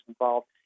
involved